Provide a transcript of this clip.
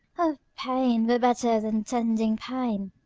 oh, pain were better than tending pain!